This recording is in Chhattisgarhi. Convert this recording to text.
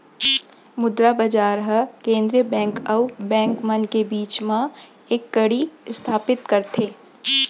मुद्रा बजार ह केंद्रीय बेंक अउ बेंक मन के बीच म एक कड़ी इस्थापित करथे